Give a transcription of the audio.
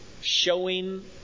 showing